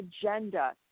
agenda